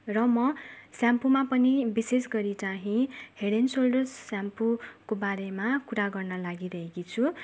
र म सेम्पूमा पनि विशेष गरी चाहिँ हेड एन्ड सोल्डर्स सेम्पूको बारेमा कुरा गर्न लागिरहेकी छु